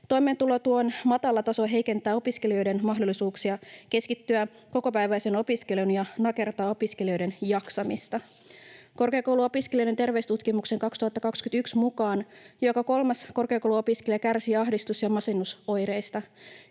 Toimeentulotuen matala taso heikentää opiskelijoiden mahdollisuuksia keskittyä kokopäiväiseen opiskeluun ja nakertaa opiskelijoiden jaksamista. Korkeakouluopiskelijoiden terveystutkimuksen 2021 mukaan joka kolmas korkeakouluopiskelija kärsii ahdistus- ja masennusoireista.